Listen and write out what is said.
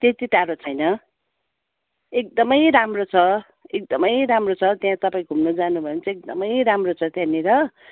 त्यति टाढो छैन एकदमै राम्रो छ एकदमै राम्रो छ त्यहाँ तपाईँ घुम्न जानु भयो भने चाहिँ एकदमै राम्रो छ त्यहाँनेर